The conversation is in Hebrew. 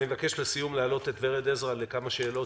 אני מבקש לסיום להעלות את ורד עזרא לכמה שאלות